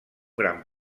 gran